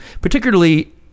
particularly